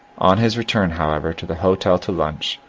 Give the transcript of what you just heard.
on his return, however, to the hotel to lunch,